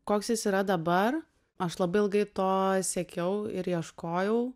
koks jis yra dabar aš labai ilgai to siekiau ir ieškojau